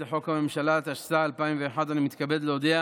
לחוק-יסוד: הממשלה, התשס"ה 2001, אני מתכבד להודיע